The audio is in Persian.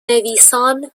نویسان